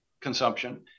consumption